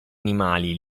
animali